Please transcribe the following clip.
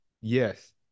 Yes